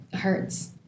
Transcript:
hurts